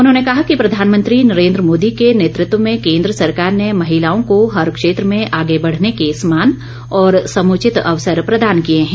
उन्होंने कहा कि प्रधानमंत्री नरेन्द्र मोदी के नेतृत्व में केन्द्र सरकार ने महिलाओं को हर क्षेत्र में आगे बढ़ने के समान और समुचित अवसर प्रदान किए हैं